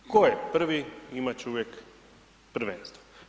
Tko je prvi imati će uvijek prvenstvo.